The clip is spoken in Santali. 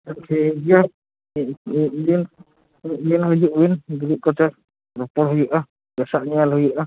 ᱴᱷᱤᱠᱜᱮᱭᱟ ᱢᱤᱫ ᱫᱤᱱ ᱢᱤᱫ ᱫᱤᱱ ᱦᱤᱡᱩᱜᱵᱤᱱ ᱫᱩᱲᱩᱵ ᱠᱟᱛᱮ ᱨᱚᱯᱚᱲ ᱦᱩᱭᱩᱜᱼᱟ ᱧᱮᱞ ᱦᱩᱭᱩᱜᱼᱟ